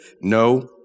no